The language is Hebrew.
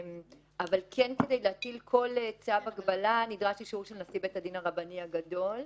אבל כן כדי להטיל כל צו הגבלה נדרש אישור נשיא בית הדין הרבני הגדול.